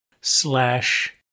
slash